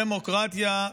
דמוקרטיה,